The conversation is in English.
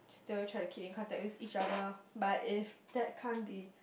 they will try to keep in contact with each other but if that can't be